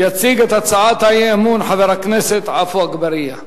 יציג את הצעת האי-אמון חבר הכנסת עפו אגבאריה.